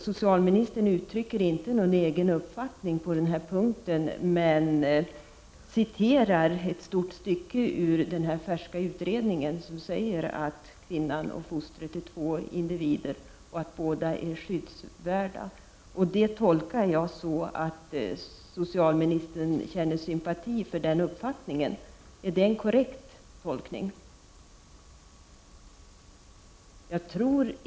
Socialministern uttrycker inte någon egen uppfattning på denna punkt, men han citerade ett stort stycke ur den färska utredning där det sägs att kvinnan och fostret är två individer och att båda är skyddsvärda. Det tolkar jag på ett sådant sätt att socialministern känner sympati för den uppfattningen. Är det en korrekt tolkning?